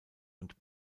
und